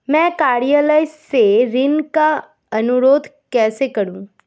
मैं कार्यालय से ऋण का अनुरोध कैसे करूँ?